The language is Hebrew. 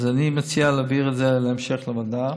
אני מציע להעביר את זה להמשך לוועדה.